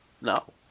no